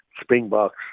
Springboks